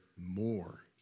more